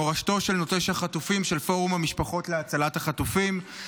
מורשתו של נוטש החטופים" של פורום המשפחות להצלת החטופים.